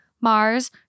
Mars